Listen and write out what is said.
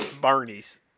Barney's